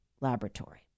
laboratory